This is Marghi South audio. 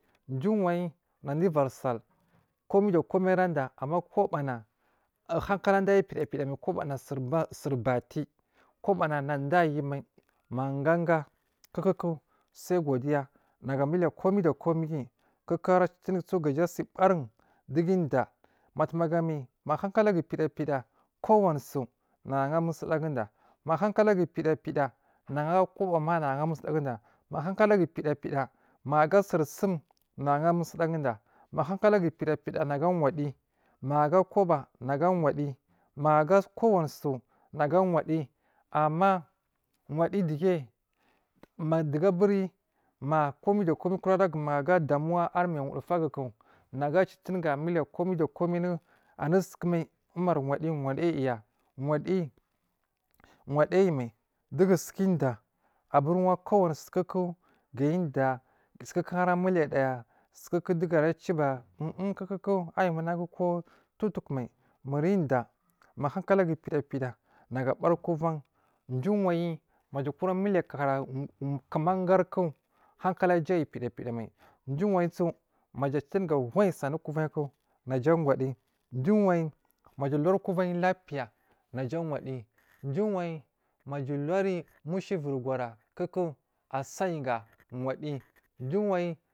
Dowo u wayi nada uvar sal komai dakomai arada amma kubana hankalanda ciyi pida pida mai kubana sur kubana sur bati kubana nada ayu mai magu ganga kuku sai godiya nagu a muliya komai da komai guyi ku ku ara citiri so gara si bariniun dugu diyya matumagamiyi ma hankalagu pida pida kowani su nagu aha ahamusudaguda mahankalagu pidapida, nagu ahamusuda guda mahankalagu pida pida magu a ga sur sum nagu aha musuda guda mahankalagu pida pida na awidiyyi nagu a hamusuguda nagu awadiya maga aga kowani su nagu awadiyyi amma wadiyyi digge madugu aburi makomai da komai aragu maga aga dumuwa arar mai wudafugu nagu a citiri ga muliya komai da komai mai komai anus u anusukuku mai komai anu anusukuku mai, u mar wadiyyi wadiyyi ya wadiyyi wadi a yumai dugu suka diyya aburwa kowani sukuku gayu udiyya su kukura milidaya suku ku dugu ara ciwo ba um um kuku ayi manage kowo towo tokumai murida mahanka lagu pida pida nagu abari kovan jiwayi mada kura muliya kumagarku hankalaja ayi pida pida mai jiwayi su maja citiri ga hoyi su anu kovanyiko naja a wadiyi jiwowayi maja aluri kovan lapiya naja a waddiyi jiwayi maja aluri muska uvir gora a sai ga waddiyi ciwayi.